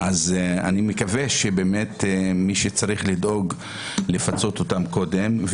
אז אני מקווה שבאמת מי שצריך לדאוג לפצות אותם קודם,